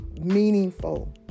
meaningful